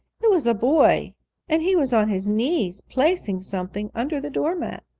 it was a boy and he was on his knees, placing something under the door mat.